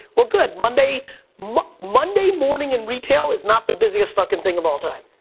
well good, monday monday morning in retail is not the busiest fucking thing of all time,